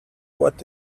what